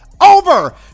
over